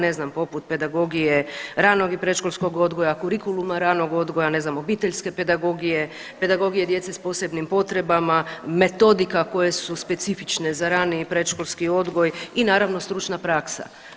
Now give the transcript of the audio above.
Ne znam, poput pedagogije, ranog i predškolskog odgoja, kurikuluma ranog odgoja, ne znam obiteljske pedagogije, pedagogije djece s posebnim potrebama, metodika koje su specifične za rani i predškolski odgoj i naravno stručna praksa.